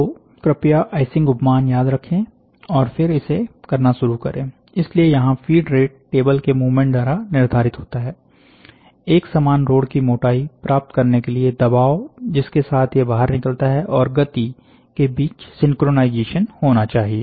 तो कृपया आइसिंग उपमान याद रखें और फिर इसे करना शुरू करें इसलिए यहां फीड रेट टेबल के मूवमेंट द्वारा निर्धारित होता है एक समान रोड की मोटाई प्राप्त करने के लिए दबाव जिसके साथ ये बाहर निकलता है और गति के बीच सिंक्रोनाइजेशन होना चाहिए